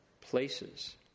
places